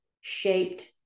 shaped